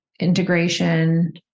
integration